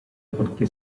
porque